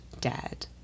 dead